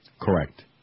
Correct